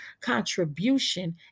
contribution